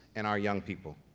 and our young people.